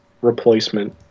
Replacement